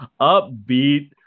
upbeat